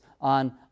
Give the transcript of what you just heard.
on